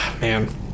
man